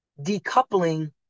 decoupling